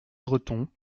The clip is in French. breton